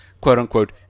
quote-unquote